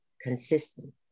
consistent